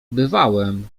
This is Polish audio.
bywałem